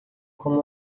como